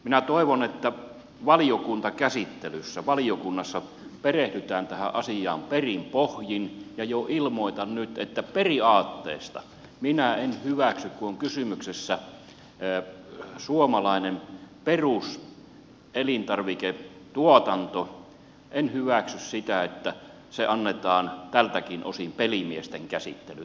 minä toivon että valiokuntakäsittelyssä valiokunnassa perehdytään tähän asiaan perin pohjin ja ilmoitan jo nyt että periaatteesta minä en hyväksy kun on kysymyksessä suomalainen peruselintarviketuotanto sitä että se annetaan tältäkin osin pelimiesten käsittelyyn